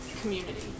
community